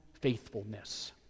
faithfulness